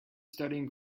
studying